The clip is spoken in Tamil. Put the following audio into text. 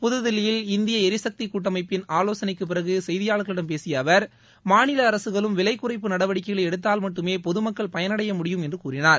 புதுதில்லியில் இந்திய எரிசக்தி கூட்டமைப்பின் ஆலோசனைக்கு பிறகு செய்தியாளர்களிடம் பேசிய அவர் மாநில அரசுகளும் விலைக்குறைப்பு நடவடிக்கைகளை எடுத்தால் மட்டுமே பொதுமக்கள் பயனடையமுடியும் என்று கூறினார்